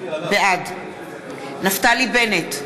בעד נפתלי בנט,